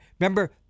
Remember